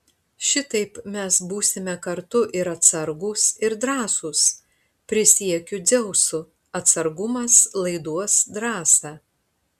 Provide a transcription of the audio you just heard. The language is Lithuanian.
šitaip mes būsime kartu ir atsargūs ir drąsūs prisiekiu dzeusu atsargumas laiduos drąsą